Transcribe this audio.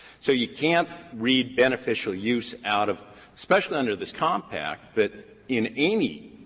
so you can't read beneficial use out of especially under this compact, but in any.